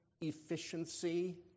efficiency